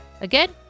again